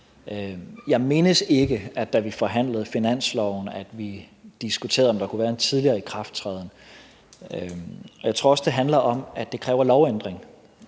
Jeg mindes ikke, at vi, da vi forhandlede finansloven, diskuterede, om der kunne være en tidligere ikrafttræden. Jeg tror også, det handler om, at det kræver en lovændring